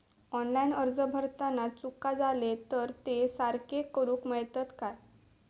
Online अर्ज भरताना चुका जाले तर ते सारके करुक मेळतत काय?